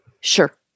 Sure